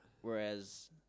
Whereas